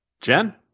Jen